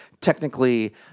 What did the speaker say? technically